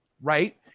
Right